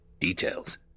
details